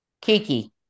kiki